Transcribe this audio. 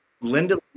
Linda